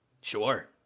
sure